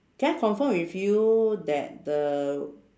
can I confirm with you that the